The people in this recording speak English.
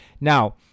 Now